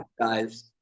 guys